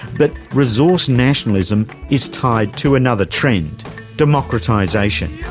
but resource nationalism is tied to another trend democratisation.